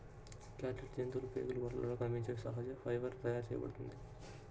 catgut జంతువుల ప్రేగుల గోడలలో కనిపించే సహజ ఫైబర్ నుండి తయారు చేయబడుతుంది